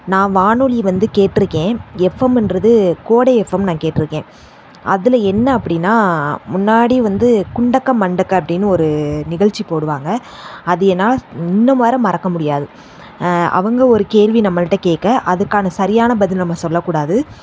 நான் வானொலி வந்து கேட்டிருக்கேன் எஃப்எம்ன்றது கோடை எஃப்எம் நான் கேட்டிருக்கேன் அதில் என்ன அப்படின்னா முன்னாடி வந்து குண்டக்க மண்டக்க அப்படினு ஒரு நிகழ்ச்சி போடுவாங்க அது என்னால் இன்னும் வரை மறக்க முடியாது அவங்க ஒரு கேள்வி நம்மள்கிட்ட கேட்க அதுக்கான சரியான பதில் நம்ம சொல்லக்கூடாது